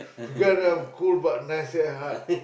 you're kinda cool but nice at heart